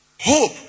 Hope